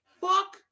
Fuck